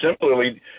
simply